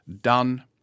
done